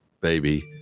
baby